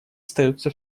остается